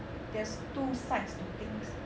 there's two sides to things